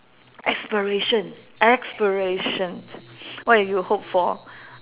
aspiration aspirations what you hope for